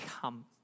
come